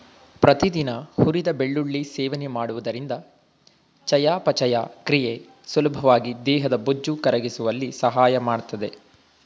ಪ್ರತಿದಿನ ಹುರಿದ ಬೆಳ್ಳುಳ್ಳಿ ಸೇವನೆ ಮಾಡುವುದರಿಂದ ಚಯಾಪಚಯ ಕ್ರಿಯೆ ಸುಲಭವಾಗಿ ದೇಹದ ಬೊಜ್ಜು ಕರಗಿಸುವಲ್ಲಿ ಸಹಾಯ ಮಾಡ್ತದೆ